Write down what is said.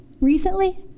recently